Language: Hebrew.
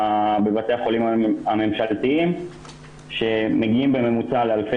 בבתי החולים הממשלתיים שמגיעים בממוצע לאלפי